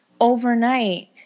overnight